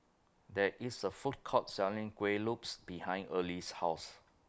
There IS A Food Court Selling Kueh Lopes behind Early's House